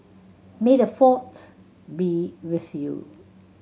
may the Fourth be with you